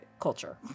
culture